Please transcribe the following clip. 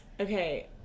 Okay